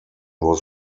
was